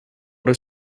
does